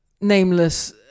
nameless